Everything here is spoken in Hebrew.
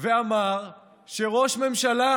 ואמר שראש ממשלה